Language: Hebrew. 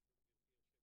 בבקשה, חברי הכנסת.